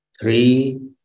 three